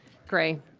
gray.